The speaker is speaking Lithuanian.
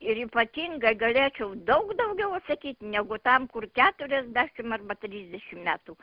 ir ypatingai galėčiau daug daugiau atsakyt negu tam kur keturiasdešimt arba trisdešimt metų